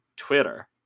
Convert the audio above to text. twitter